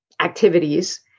activities